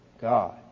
God